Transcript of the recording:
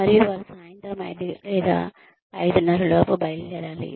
మరియు వారు సాయంత్రం 500 లేదా 530 లోపు బయలుదేరాలి